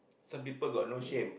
some people got no shame